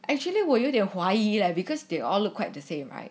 actually 我有点怀疑 lah because they all look quite the same right